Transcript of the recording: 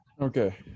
Okay